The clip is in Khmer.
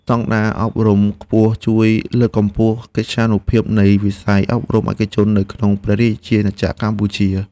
ស្តង់ដារអប់រំខ្ពស់ជួយលើកកម្ពស់កិត្យានុភាពនៃវិស័យអប់រំឯកជននៅក្នុងព្រះរាជាណាចក្រកម្ពុជា។